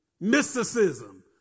Mysticism